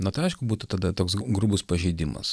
na tai aišku būtų tada toks grubus pažeidimas